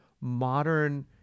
modern